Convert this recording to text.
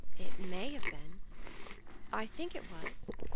it may have been i think it was.